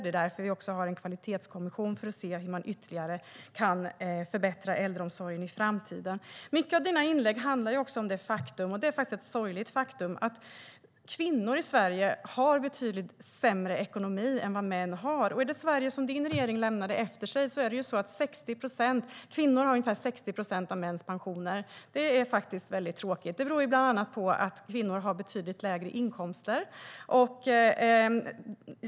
Det är också därför vi har en kvalitetskommission - för att se hur man ytterligare kan förbättra äldreomsorgen i framtiden. Dina inlägg, Niklas Wykman, handlar mycket om det sorgliga faktum att kvinnor i Sverige har betydligt sämre ekonomi än män. I det Sverige som din regering lämnade efter sig har kvinnor ungefär 60 procent av mäns pensioner. Det är väldigt tråkigt, och det beror bland annat på att kvinnor har betydligt lägre inkomster.